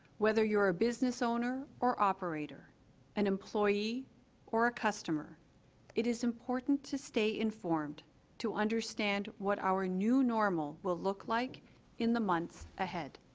whether you're a business owner or operator an employee or a customer it is important to stay informed to understand what our new normal will look like in the months ahead